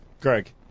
Greg